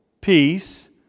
peace